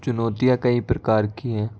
चुनौतियाँ कई प्रकार की हैं